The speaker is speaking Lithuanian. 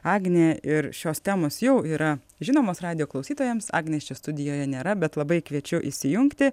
agnė ir šios temos jau yra žinomos radijo klausytojams agnės čia studijoje nėra bet labai kviečiu įsijungti